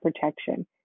Protection